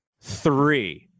three